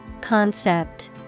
Concept